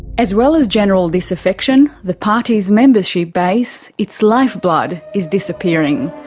as well as general disaffection, the party's membership base its lifeblood is disappearing.